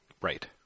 right